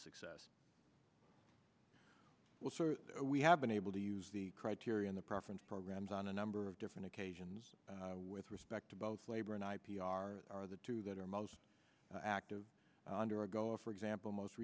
success we have been able to use the criteria in the preference programs on a number of different occasions with respect to both labor and i p r are the two that are most active under a go or for example most